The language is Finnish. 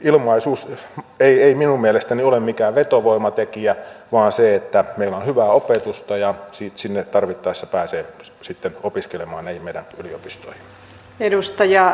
ilmaisuus ei minun mielestäni ole mikään vetovoimatekijä vaan se että meillä on hyvää opetusta ja tarvittaessa pääsee sitten opiskelemaan näihin meidän yliopistoihimme